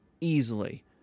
Easily